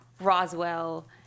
roswell